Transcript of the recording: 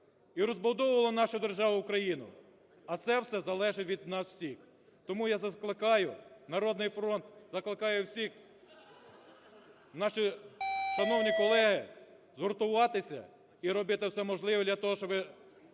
і розбудовувала нашу державу Україну, а це все залежить від нас всіх. Тому я закликаю, "Народний фронт" закликає всіх, наші шановні колеги, згуртуватися і робити все можливе для того, щоби